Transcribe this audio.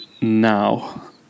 now